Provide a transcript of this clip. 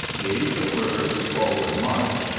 gave the word, forward, march!